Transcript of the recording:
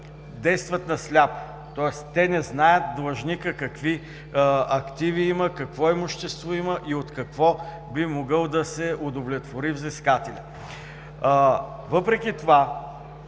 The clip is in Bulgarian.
действат на сляпо, тоест не знаят длъжникът какви активи има, какво имущество има и от какво би могъл да се удовлетвори взискателят. Това